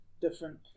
Different